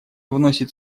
вносит